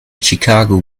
chicago